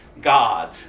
God